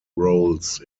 roles